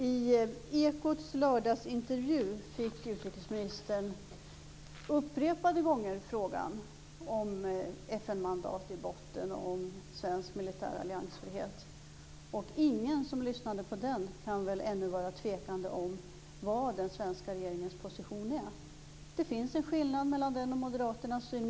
I Ekots lördagsintervju fick utrikesministern upprepade gånger frågan om ett FN-mandat i botten och om svensk militär alliansfrihet. Ingen som lyssnade på den intervjun kan väl ännu tveka om vad den svenska regeringens position är. Det finns en skillnad mellan den positionen och moderaternas.